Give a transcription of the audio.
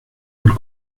por